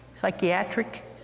psychiatric